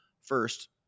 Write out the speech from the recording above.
first